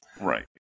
Right